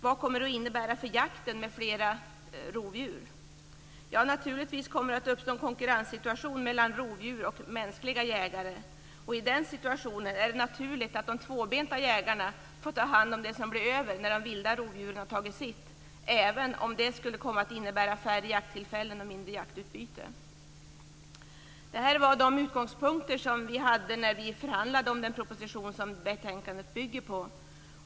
Vad kommer det att innebära för jakten med fler rovdjur? Naturligtvis kommer det att uppstå en konkurrenssituation mellan rovdjur och mänskliga jägare. I den situationen är det naturligt att de tvåbenta jägarna får ta hand om det som blir över när de vilda rovdjuren har tagit sitt, även om det skulle innebära färre jakttillfällen och mindre jaktutbyte. Det här var de utgångspunkter som vi hade när vi förhandlade om den proposition som betänkandet bygger på.